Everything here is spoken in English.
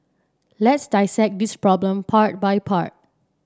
let's dissect this problem part by part